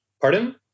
pardon